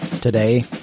Today